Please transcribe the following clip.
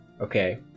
Okay